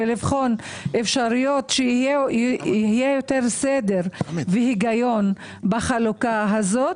ולבחון אפשרויות שיהיה יותר סדר והיגיון בחלוקה הזאת.